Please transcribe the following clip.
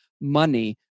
money